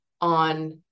on